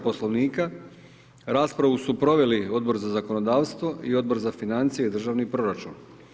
Poslovnika, raspravu su proveli Odbor za zakonodavstvo i Odbor za financije i državni proračun.